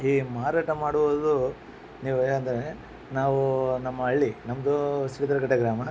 ಈ ಮಾರಾಟ ಮಾಡುವುದು ನೀವ್ ಏನೆಂದರೆ ನಾವೂ ನಮ್ಮ ಹಳ್ಳಿ ನಮ್ಮದು ಸಿದ್ರಗಟ್ಟೆ ಗ್ರಾಮ